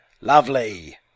Lovely